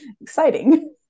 exciting